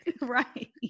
Right